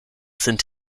sind